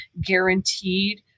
guaranteed